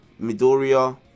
Midoriya